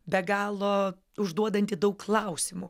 be galo užduodanti daug klausimų